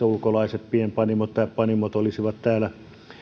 ulkolaiset pienpanimot tai panimot ovat täällä